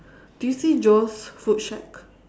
do you see Joe's food shack